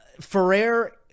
Ferrer